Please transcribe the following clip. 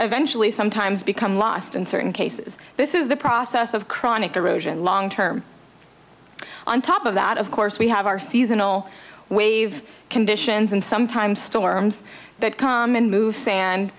eventually sometimes become lost in certain cases this is the process of chronic erosion long term on top of that of course we have our seasonal wave conditions and sometimes storms that come and move sand